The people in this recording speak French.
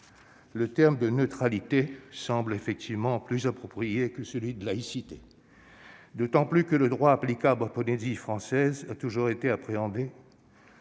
Le terme de neutralité semble effectivement plus approprié que celui de laïcité, d'autant plus que le droit applicable en Polynésie française a toujours appréhendé